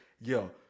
Yo